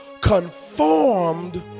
conformed